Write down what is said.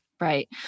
Right